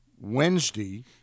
Wednesday